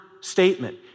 statement